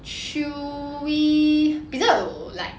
chewy 比较有 like